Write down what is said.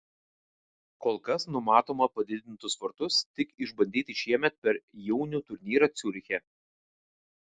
kol kas numatoma padidintus vartus tik išbandyti šiemet per jaunių turnyrą ciuriche